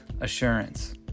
assurance